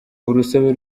urusobe